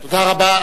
תודה רבה.